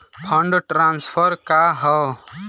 Fund transfer का हव?